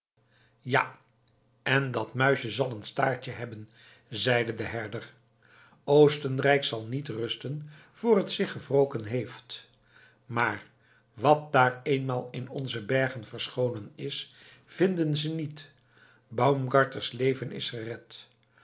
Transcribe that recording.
ja en dat muisje zal een staartje hebben zeide de herder oostenrijk zal niet rusten voor het zich gewroken heeft maar wat daar eenmaal in onze bergen verscholen is vinden ze niet baumgartens leven is gered